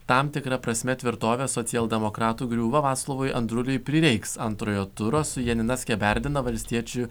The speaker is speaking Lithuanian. tam tikra prasme tvirtovė socialdemokratų griūva vaclovui andruliui prireiks antrojo turo su janina skeberdina valstiečių